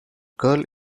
girl